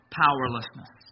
powerlessness